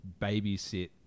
babysit